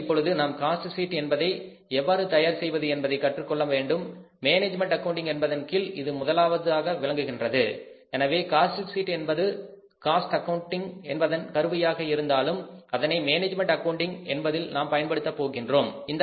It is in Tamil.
எனவே இப்பொழுது நாம் காஸ்ட் ஷீட் என்பதை எவ்வாறு தயார் செய்வது என்பதை கற்றுக்கொள்ள வேண்டும் மேனேஜ்மெண்ட் அக்கவுண்டிங் என்பதன் கீழ் இது முதலாவதாக விளங்குகின்றது எனவே காஸ்ட் ஷீட் என்பது காஸ்ட் அக்கவுண்டிங் என்பதன் கருவியாக இருந்தாலும் அதனை மேனேஜ்மென்ட் அக்கவுண்டிங் என்பதில் நாம் பயன்படுத்த போகின்றோம்